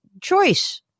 choice